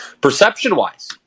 perception-wise